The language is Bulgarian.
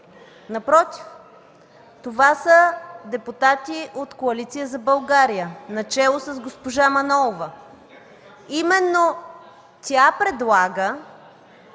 Напротив, това са депутати от Коалиция за България начело с госпожа Манолова. Именно тя предлага